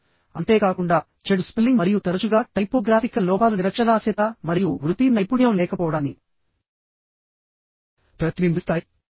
అంతేకాకుండా చెడు స్పెల్లింగ్ మరియు తరచుగా టైపోగ్రాఫికల్ లోపాలు నిరక్షరాస్యత మరియు వృత్తి నైపుణ్యం లేకపోవడాన్ని ప్రతిబింబిస్తాయి